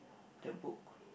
the book